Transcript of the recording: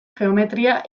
geometria